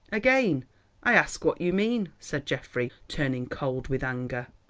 again i ask what you mean, said geoffrey, turning cold with anger.